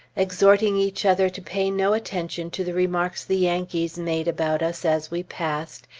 exhorting each other to pay no attention to the remarks the yankees made about us as we passed,